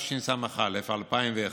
התשס"א 2001,